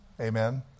Amen